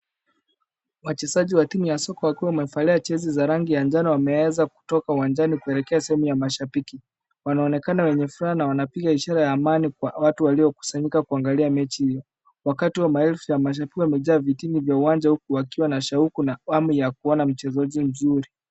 Wachezaji wa timu ya soka wakiwa wamevalia jezi za rangi ya njano wameweza kutoka uwanjani kuelekea sehemu ya mashabiki, wanaonekana wenye furaha na wanapiga ishara ya amani kwa watu waliokusanyika kuangalia mechi hiyo. Wakati wa maelfu ya mashabiki wamejaa vitini vya uwanja huku wakiwa na shauku na hamu ya kuona mchezaji mzuri.